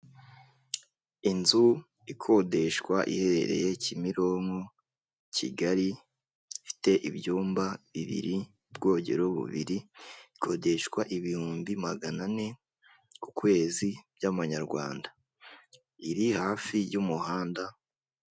Inzu ikodeshwa iherereye Kimironko Kigali, ifite ibyumba bibiri, ubwogero bubiri, ikodeshwa ibihumbi magana ane ku kwezi by'amanyarwanda, iri hafi y'umuhanda.